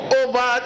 over